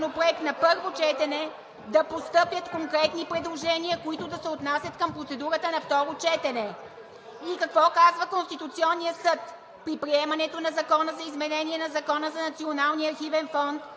на първо четене да постъпят конкретни предложения, които да се отнасят към процедурата на второ четене. И какво казва Конституционният съд? „При приемането на Закона за изменение на Закона за Националния